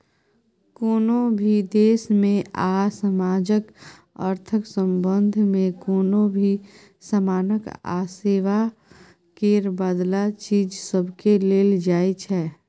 कुनु भी देश में आ समाजक अर्थक संबंध में कुनु भी समानक आ सेवा केर बदला चीज सबकेँ लेल जाइ छै